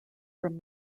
from